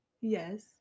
yes